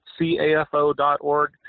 CAFO.org